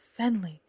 Fenley